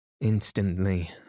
Instantly